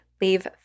leave